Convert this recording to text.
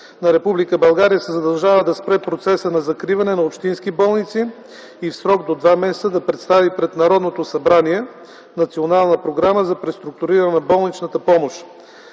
България се задължава да спре процеса на закриване на общински болници и в срок до два месеца да представи пред Народното събрание Национална програма за преструктуриране на болничната помощ